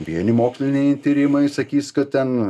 vieni moksliniai tyrimai sakys kad ten